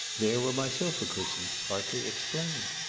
there were my sofa cushions partly explained.